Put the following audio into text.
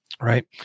Right